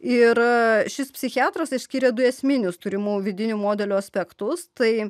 ir šis psichiatras išskyrė du esminius turimų vidinių modelių aspektus tai